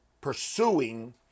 pursuing